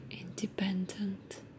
independent